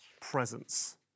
presence